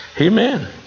Amen